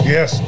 Yes